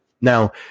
Now